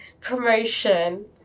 promotion